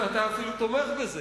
שאתה אפילו תומך בזה,